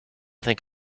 think